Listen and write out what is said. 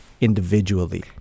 individually